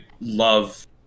love